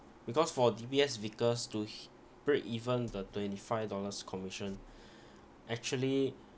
because for D_B_S vickers to h~ break even the twenty five dollars commission actually